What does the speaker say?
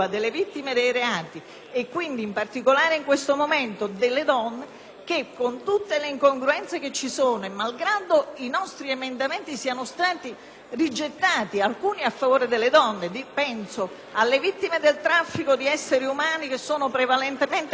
pur con tutte le incongruenze che ci sono e malgrado i nostri emendamenti (alcuni dei quali proprio a favore delle donne, e penso alle vittime del traffico di esseri umani che sono prevalentemente donne e minori o alle vittime degli infortuni